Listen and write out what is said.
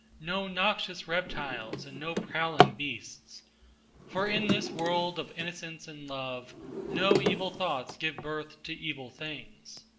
no noxious reptiles and no prowling beasts for in this world of innocence and love no evil thoughts give birth to evil things,